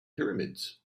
pyramids